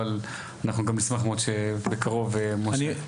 ואנחנו נשמח מאוד שבקרוב משה.